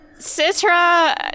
Citra